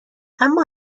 اما